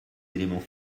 éléments